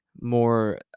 more